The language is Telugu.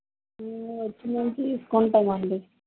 వచ్చి మేము తీసుకుంటామండి